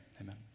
Amen